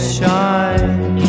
shine